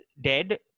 dead